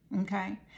okay